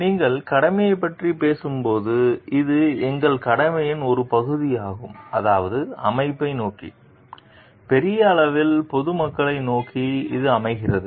நீங்கள் கடமையைப் பற்றி பேசும்போது இது எங்கள் கடமையின் ஒரு பகுதியாகும் அதாவது அமைப்பை நோக்கி பெரிய அளவில் பொதுமக்களை நோக்கி இது அமைகிறது